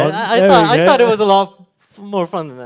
i thought it was a lot more fun